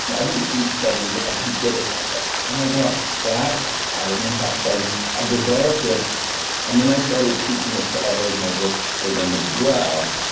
yeah i didn't read studies, i just did it. and i was like, oh my gosh, that had an impact. so i i developed it and then i started teaching it to others and it worked for them as well.